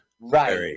Right